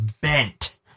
bent